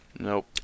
Nope